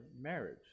marriage